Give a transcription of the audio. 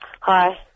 Hi